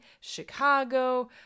chicago